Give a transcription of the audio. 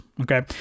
Okay